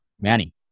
Manny